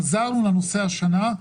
חזרנו לנושא השנה,